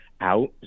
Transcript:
out